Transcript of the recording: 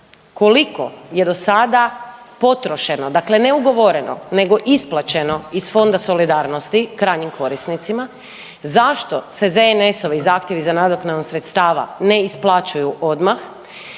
koliko je do sada potrošeno, dakle ne ugovoreno nego isplaćeno iz Fonda solidarnosti krajnjim korisnicima? Zašto se ZNS-ovi zahtjevi za nadoknadom sredstava ne isplaćuju odmah?